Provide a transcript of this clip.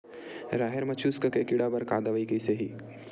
राहेर म चुस्क के कीड़ा बर का दवाई कइसे ही?